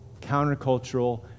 countercultural